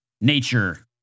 nature